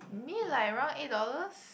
I mean like around eight dollars